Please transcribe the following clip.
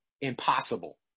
impossible